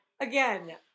Again